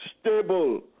stable